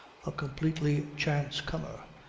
a completely chance-comer,